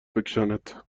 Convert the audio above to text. بکشاند